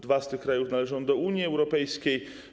Dwa z tych krajów należą do Unii Europejskiej.